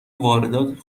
واردات